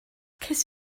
ces